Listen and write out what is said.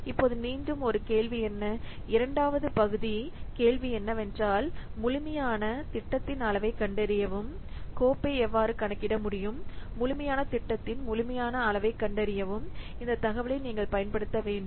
இப்போது மீண்டும் கேள்வி என்ன இரண்டாவது பகுதி கேள்வி என்னவென்றால் முழுமையான திட்டத்தின் அளவைக் கண்டறியவும் கோப்பை எவ்வாறு கணக்கிட முடியும் முழுமையான திட்டத்தின் முழுமையான அளவைக் கண்டறியவும் இந்த தகவலை நீங்கள் பயன்படுத்த வேண்டும்